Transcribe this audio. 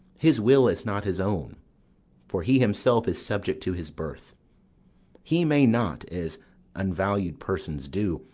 his will is not his own for he himself is subject to his birth he may not, as unvalu'd persons do,